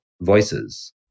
Voices